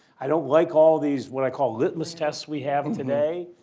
i don't like all these, what i call litmus tests we have today.